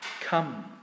Come